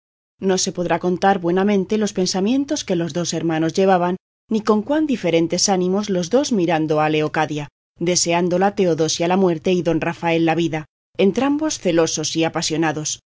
no se podrá contar buenamente los pensamientos que los dos hermanos llevaban ni con cuán diferentes ánimos los dos iban mirando a leocadia deseándola teodosia la muerte y don rafael la vida entrambos celosos y apasionados